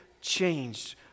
changed